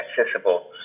accessible